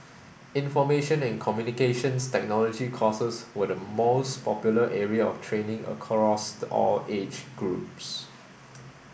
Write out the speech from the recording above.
Information and Communications Technology courses were the most popular area of training across the all age groups